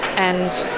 and